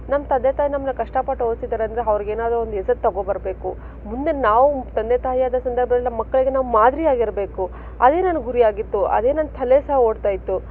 ನಮ್ಮ ತಂದೆ ತಾಯಿ ನಮ್ಮನ್ನ ಕಷ್ಟಪಟ್ಟು ಓದ್ಸಿದಾರೇಂದ್ರೆ ಅವ್ರ್ಗೆ ಏನಾದರೂ ಒಂದು ಹೆಸರು ತೊಗೊಬರ್ಬೇಕು ಮುಂದೆ ನಾವು ತಂದೆ ತಾಯಿಯಾದ ಸಂದರ್ಭದಲ್ಲಿ ನಮ್ಮ ಮಕ್ಕಳಿಗೆ ನಾವು ಮಾದರಿಯಾಗಿರ್ಬೇಕು ಅದೇ ನನ್ನ ಗುರಿಯಾಗಿತ್ತು ಅದೇ ನನ್ನ ತಲೇಲಿ ಸಹ ಓಡ್ತಾ ಇತ್ತು